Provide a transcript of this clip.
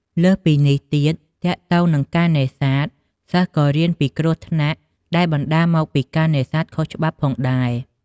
លើសពីនេះទៀត ទាក់ទងនឹងការនេសាទសិស្សក៏រៀនពីគ្រោះថ្នាក់ដែលបណ្ដាលមកពីការនេសាទខុសច្បាប់ផងដែរ។